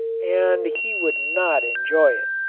and he would not enjoy it.